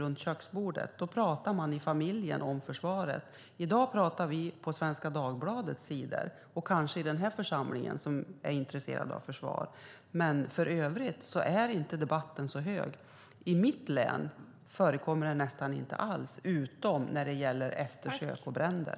I familjen pratade man om försvaret. I dag talar vi om det på Svenska Dagbladets sidor och kanske i den här församlingen som är intresserad av försvaret. Men för övrigt är debatten inte så stor. I mitt län förekommer den nästan inte alls bortsett från när det gäller eftersök och bränder.